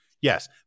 Yes